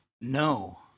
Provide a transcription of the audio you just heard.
No